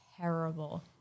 terrible